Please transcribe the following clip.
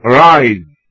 rise